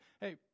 hey